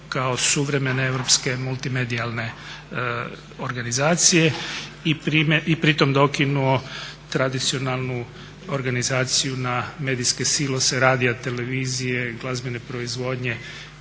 kao suvremene europske multimedijalne organizacije i pritom dokinuo tradicionalnu organizaciju na medijske silose radija, televizije, glazbene proizvodnje